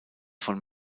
von